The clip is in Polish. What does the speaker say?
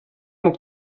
mógł